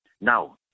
Now